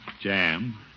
jam